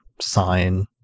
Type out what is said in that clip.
sign